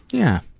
yeah.